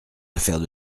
affaires